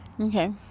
Okay